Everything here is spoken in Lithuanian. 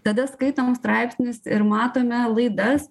tada skaitom straipsnius ir matome laidas